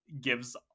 gives